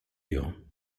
you